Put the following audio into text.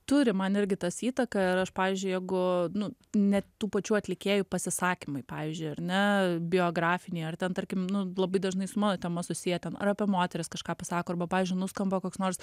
turi man irgi tas įtaką ir aš pavyzdžiui jeigu nu net tų pačių atlikėjų pasisakymai pavyzdžiui ar ne biografiniai ar ten tarkim nu labai dažnai su mano tema susiję ten ar apie moteris kažką pasako arba pavyzdžiui nuskamba koks nors